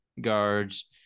guards